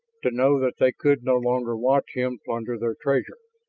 to know that they could no longer watch him plunder their treasury.